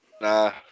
Nah